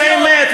זו האמת,